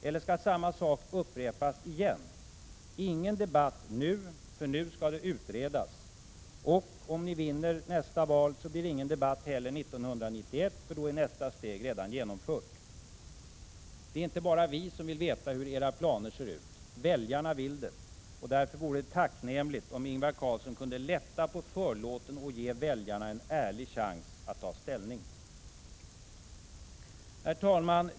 Eller skall samma sak upprepas igen? Ingen debatt nu, för nu skall det utredas. Och om ni vinner nästa val blir det ingen debatt heller 1991, för då är nästa steg redan genomfört. Det är inte bara vi som vill veta hur era planer ser ut. Väljarna vill det. Det vore därför tacknämligt om Ingvar Carlsson kunde lätta på förlåten och ge väljarna en ärlig chans att ta ställning. Herr talman!